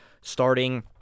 starting